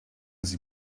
sie